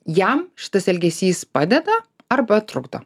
jam šitas elgesys padeda arba trukdo